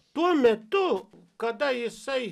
tuo metu kada jisai